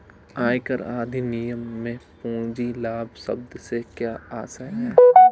आयकर अधिनियम में पूंजी लाभ शब्द से क्या आशय है?